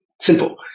Simple